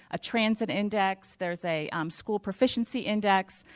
a transit index, there's a school proficiency index.